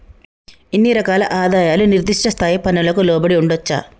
ఇన్ని రకాల ఆదాయాలు నిర్దిష్ట స్థాయి పన్నులకు లోబడి ఉండొచ్చా